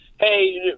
Hey